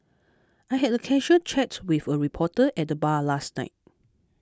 I had a casual chats with a reporter at the bar last night